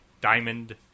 Diamond